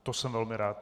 To jsem velmi rád.